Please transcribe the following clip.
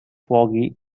foggy